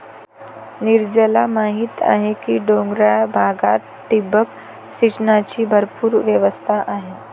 नीरजला माहीत आहे की डोंगराळ भागात ठिबक सिंचनाची भरपूर व्यवस्था आहे